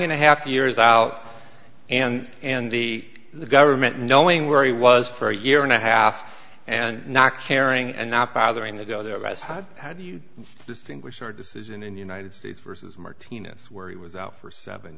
and a half years out and and the government knowing where he was for a year and a half and not caring and not bothering to go there as had how do you distinguish your decision in the united states versus martina's where he was out for seven